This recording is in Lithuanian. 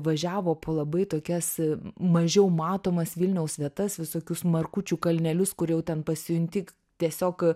važiavo po labai tokias mažiau matomas vilniaus vietas visokius markučių kalnelius kur jau ten pasijunti tiesiog